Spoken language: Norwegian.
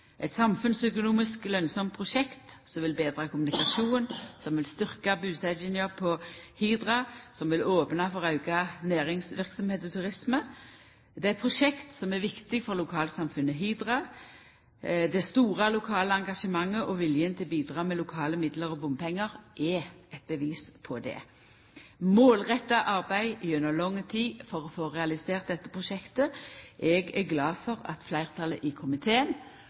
lønnsamt prosjekt, som vil betra kommunikasjonen, som vil styrkja busetjinga på Hidra, som vil opna for auka næringsverksemd og turisme. Det er eit prosjekt som er viktig for lokalsamfunnet Hidra. Det store lokale engasjementet, og viljen til å bidra med lokale midlar og bompengar er eit bevis på det. Ein har arbeidd målretta gjennom lang tid for å få realisert dette prosjektet, og eg er glad for at fleirtalet i komiteen